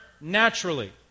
naturally